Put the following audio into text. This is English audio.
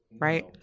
right